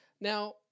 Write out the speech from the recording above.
Now